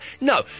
no